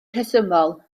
rhesymol